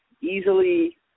easily